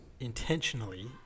Intentionally